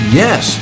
yes